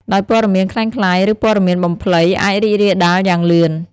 ដោយព័ត៌មានក្លែងក្លាយ ឬព័ត៌មានបំភ្លៃអាចរីករាលដាលយ៉ាងលឿន។